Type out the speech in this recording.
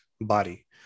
body